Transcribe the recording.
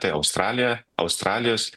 tai australija australijos